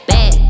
Bad